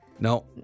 No